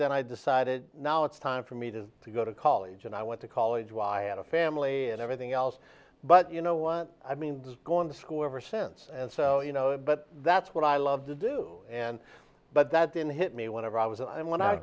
then i decided now it's time for me to go to college and i went to college while i had a family and everything else but you know what i mean going to school ever since and so you know but that's what i love to do and but that didn't hit me whenever i was and when i